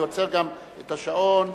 ואני עוצר גם את השעון.